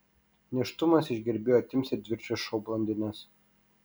nėštumas iš gerbėjų atims ir dviračio šou blondines